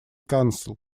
council